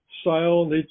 style